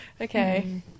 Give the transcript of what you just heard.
okay